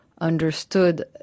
understood